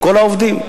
כל העובדים.